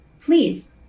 Please